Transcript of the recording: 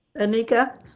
Anika